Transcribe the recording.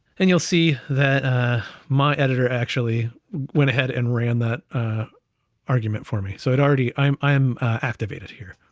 and you'll see that my editor actually went ahead, and ran that argument for me. so i'd already, i'm i'm activated here,